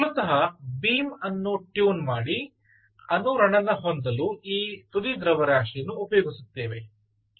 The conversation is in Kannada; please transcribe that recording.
ಮೂಲತಃ ಬೀಮ್ ಅನ್ನು ಟ್ಯೂನ್ ಮಾಡಿ ಅನುರಣನ ಹೊಂದಲು ಈ ತುದಿ ದ್ರವ್ಯರಾಶಿಯನ್ನು ಉಪಯೋಗಿಸುತ್ತೇವೆ